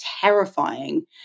terrifying